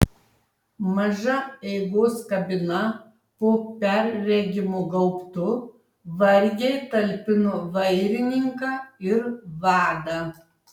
maža eigos kabina po perregimu gaubtu vargiai talpino vairininką ir vadą